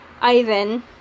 Ivan